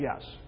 Yes